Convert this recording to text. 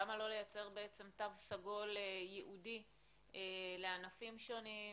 למה לא לייצר תו סגול ייעודי לענפים שונים,